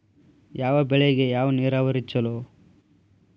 ಯಾವ ಬೆಳಿಗೆ ಯಾವ ನೇರಾವರಿ ಛಲೋ?